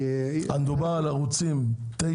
יהיה --- מדובר על ערוצים 9,